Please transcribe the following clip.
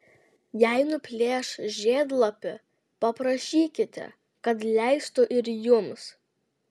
jei nuplėš žiedlapį paprašykite kad leistų ir jums